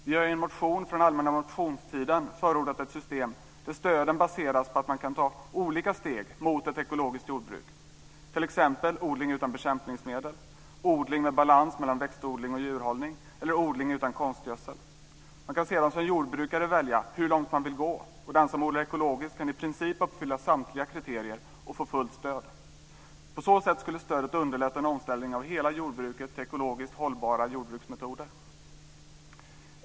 Vi har i en motion från allmänna motionstiden förordat ett system där stöden baseras på att man kan ta olika steg mot ett ekologiskt jordbruk, t.ex. odling utan bekämpningsmedel, odling med balans mellan växtodling och djurhållning eller odling utan konstgödsel. Man kan sedan som jordbrukare välja hur långt man vill gå, och den som odlar ekologiskt kan i princip uppfylla samtliga kriterier och få fullt stöd. På så sätt skulle stödet underlätta en omställning av hela jordbruket till ekologiskt hållbara jordbruksmetoder.